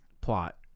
plot